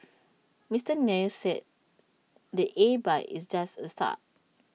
Mister Nair said the A bike is just the start